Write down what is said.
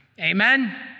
Amen